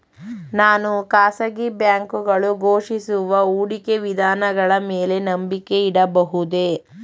ನಾನು ಖಾಸಗಿ ಬ್ಯಾಂಕುಗಳು ಘೋಷಿಸುವ ಹೂಡಿಕೆ ವಿಧಾನಗಳ ಮೇಲೆ ನಂಬಿಕೆ ಇಡಬಹುದೇ?